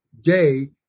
day